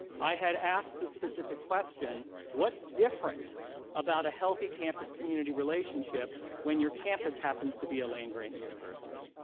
i had asked the specific question what's different about a healthy campus community relationship when your campus happens to be a land-grant university?